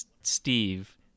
Steve